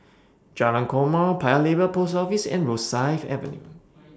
Jalan Korma Paya Lebar Post Office and Rosyth Avenue